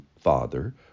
Father